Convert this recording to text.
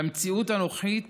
במציאות הנוכחית